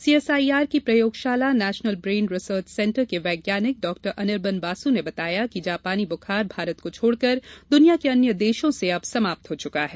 CSIR की प्रयोगशाला national brain research centre के वैज्ञानिक डॉक्टर अनिर्बन बासु ने बताया कि जापानी बुखार भारत को छोडकर दुनिया के अन्य देशो से अब समाप्त हो चुका है